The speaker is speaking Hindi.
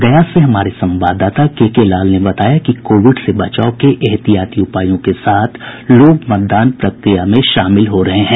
गया से हमारे संवाददाता के के लाल ने बताया कि कोविड से बचाव के एहतियाती उपायों के साथ लोग मतदान प्रक्रिया में शामिल हो रहे हैं